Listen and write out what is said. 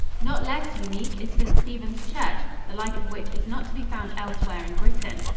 not less unique is st. steven's church, the like of which is not to be found elsewhere in britain.